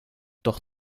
doch